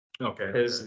Okay